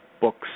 books